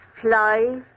fly